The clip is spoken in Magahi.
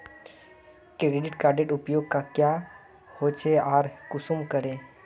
क्रेडिट कार्डेर उपयोग क्याँ होचे आर कुंसम करे?